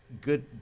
good